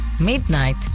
midnight